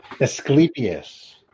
Asclepius